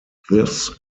this